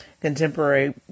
contemporary